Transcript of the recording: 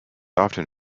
often